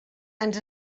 ens